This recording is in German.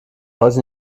heute